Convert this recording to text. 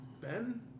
Ben